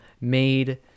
made